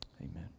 amen